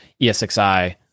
ESXi